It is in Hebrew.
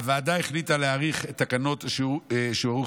הוועדה החליטה להאריך את תקנות שעת